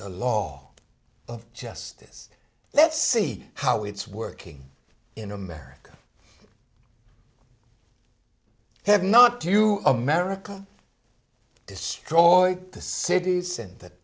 the law of justice let's see how it's working in america have not you america destroyed the cities and